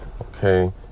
Okay